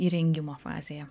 įrengimo fazėje